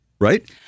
Right